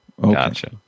Gotcha